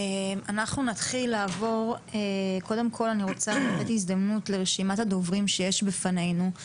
אני רוצה לתת הזדמנות לדוברים לפי הרשימה שיש לפנינו.